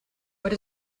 what